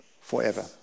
forever